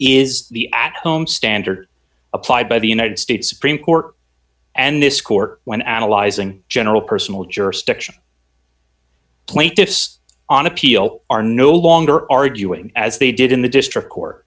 is the at home standard applied by the united states supreme court and this court when analyzing general personal jurisdiction plaintiffs on appeal are no longer arguing as they did in the district court